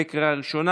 בקריאה ראשונה,